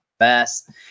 best